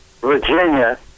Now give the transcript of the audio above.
Virginia